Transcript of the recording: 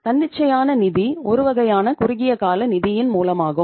தன்னிச்சையான நிதி ஒருவகையான குறுகியகால நிதியின் மூலமாகும்